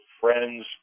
friends